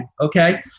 okay